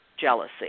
jealousy